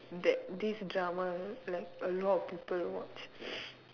that this drama like a lot of people watch